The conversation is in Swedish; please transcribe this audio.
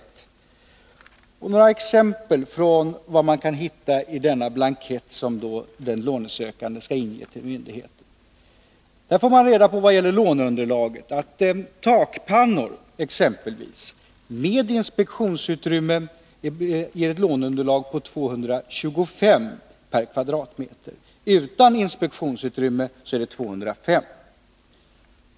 Låt mig ge några exempel på uppgifter som den lånesökande i förekommande fall skall inge till myndigheten: Takpannor med inspektionsutrymme ger ett låneunderlag på 225 kr. per m?, Utan inspektionsutrymme är beloppet 205 kr.